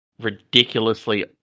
ridiculously